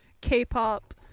K-pop